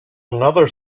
another